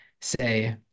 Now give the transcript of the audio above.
say